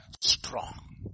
Strong